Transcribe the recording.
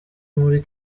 muri